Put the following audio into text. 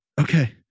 Okay